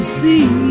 see